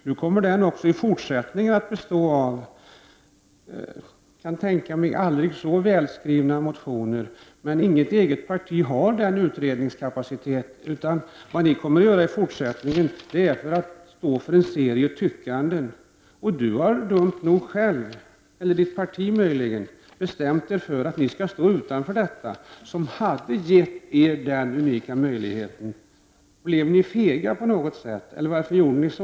Nu kommer denna politik att även i fortsättningen bestå av aldrig så välskrivna motioner. Men inget parti har den nödvändiga utredningskapaciteten. Miljöpartiet kommer därför i fortsättningen att stå för en serie tyckan Paul Ciszuk, eller möjligen hans parti, har dumt nog själv bestämt sig för att stå utanför detta, som hade kunnat ge den unika möjligheten. Blev ni inom miljöpartiet fega, eller varför handlade ni så?